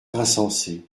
insensé